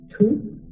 two